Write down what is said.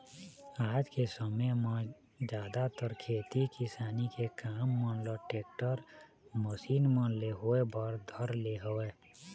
आज के समे म जादातर खेती किसानी के काम मन ल टेक्टर, मसीन मन ले होय बर धर ले हवय